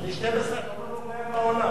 אני 12, אמרת שזה לא קיים בעולם.